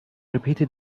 repeated